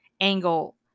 angle